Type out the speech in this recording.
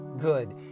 good